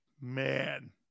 man